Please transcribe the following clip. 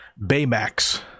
Baymax